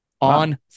on